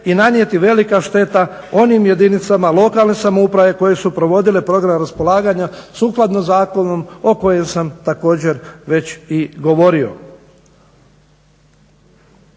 i nanijeti velika šteta onim jedinicama lokalne samouprave koje su provodile program raspolaganja sukladno zakonu o kojem sam također već i govorio.